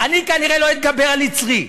אני כנראה לא אתגבר על יצרי.